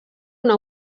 una